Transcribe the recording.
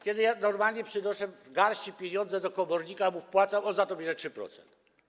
Kiedy ja normalnie przynoszę w garści pieniądze do komornika, wpłacam mu, on za to bierze 3%.